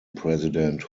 president